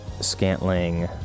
Scantling